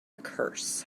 curse